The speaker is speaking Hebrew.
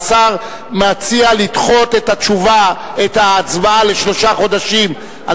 והשר מציע לדחות את ההצבעה בשלושה חודשים על